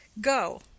go